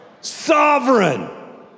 Sovereign